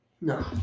No